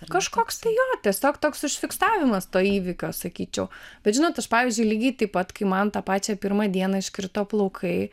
kažkoks jo tiesiog toks užfiksavimas to įvykio sakyčiau bet žinot aš pavyzdžiui lygiai taip pat kai man tą pačią pirmą dieną iškrito plaukai